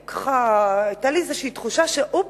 היתה לי איזו תחושה שאופס,